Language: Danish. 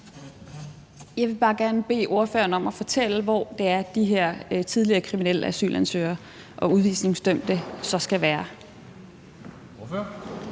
Jeg vil bare gerne bede ordføreren om at fortælle, hvor det er, de her tidligere kriminelle asylansøgere og udvisningsdømte så skal være.